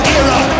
era